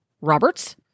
Roberts